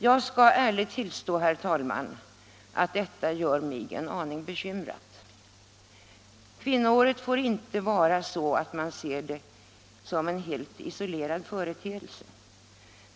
Jag måste ärligt tillstå, herr talman, att detta gör mig en aning bekymrad. Kvinnoåret får inte ses som en helt isolerad företeelse.